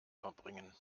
verbringen